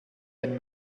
ein